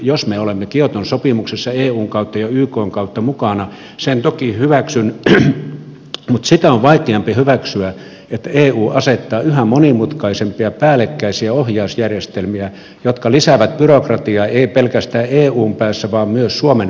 jos me olemme kioton sopimuksessa eun kautta ja ykn kautta mukana sen toki hyväksyn mutta sitä on vaikeampi hyväksyä että eu asettaa yhä monimutkaisempia päällekkäisiä ohjausjärjestelmiä jotka lisäävät byrokratiaa ei pelkästään eun päässä vaan myös suomen virkamieskoneistossa